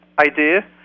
idea